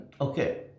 okay